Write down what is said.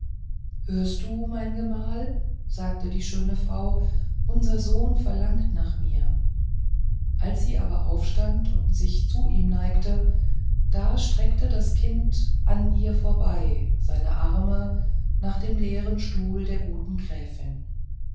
hörst du mein gemahl sagte die schöne frau unser sohn verlangt nach mir als sie aber aufstand und sich zu ihm neigte da streckte das kind an ihr vorbei seine arme nach dem leeren stuhl der guten gräfin